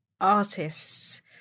artists